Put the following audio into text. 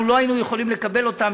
אנחנו לא יכולנו לקבל אותן,